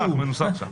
זה מנוסח שם.